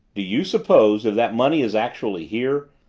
do you suppose, if that money is actually here,